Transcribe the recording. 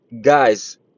guys